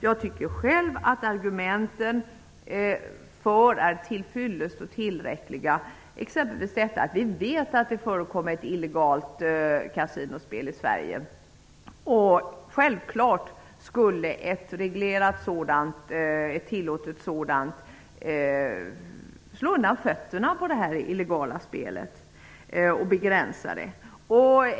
Jag tycker själv att argumenten för är till fyllest och tillräckliga, exempelvis detta att vi vet att det förekommer illegalt kasinospel i Sverige. Självklart skulle ett reglerat och tillåtet sådant slå undan benen för det illegala spelet och begränsa det.